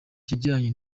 kijyanye